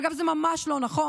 אגב, זה ממש לא נכון.